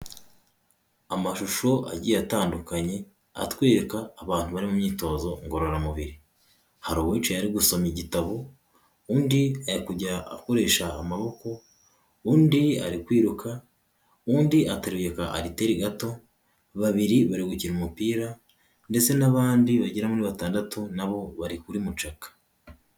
Amashusho agiye atandukanye atwereka abantu bari mu myitozo ngororamubiri, hari uwicaye ari gusoma igitabo, undi arikujya akoresha amaboko, undi ari kwiruka, undi ateruye ka ariteri gato, babiri bari gukina umupira ndetse n'abandi bagera muri batandatu nabo bari kuri mucaka.